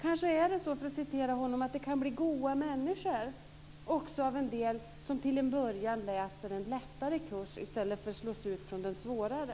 Kanske kan det bli - som Nils-Erik Söderqvist uttryckte det - "goa" människor av dem som till en början läser en lättare kurs i ställer för att slås ut från en svårare.